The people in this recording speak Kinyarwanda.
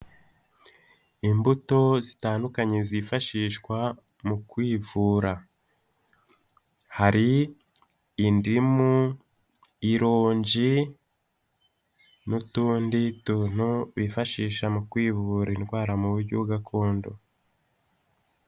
Imbuto zitandukanye zifashishwa mu kwivura, hari indimu, irongi n'utundi tuntu bifashisha mu kwivura indwara mu buryo gakondo.